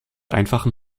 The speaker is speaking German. einfachen